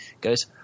goes